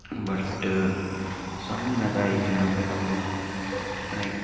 but ਸਭ ਮੈਂ ਤਾਂ ਇਹੀ ਕਹਿੰਦਾ ਵਾ ਕਿ ਸਭ ਨੂੰ ਆਪਣੇ